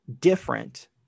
different